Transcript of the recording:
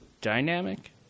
dynamic